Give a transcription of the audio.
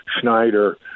Schneider